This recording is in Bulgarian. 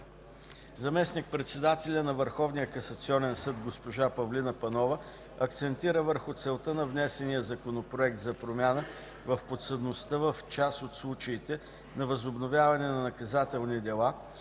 Върховния касационен съд госпожа Павлина Панова акцентира върху целта на внесения законопроект за промяна в подсъдността в част от случаите на възобновяване на наказателни дела,